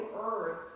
earth